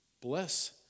Bless